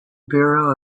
bureau